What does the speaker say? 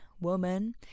woman